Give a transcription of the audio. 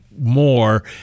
more